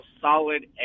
solid